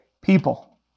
People